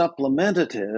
supplementative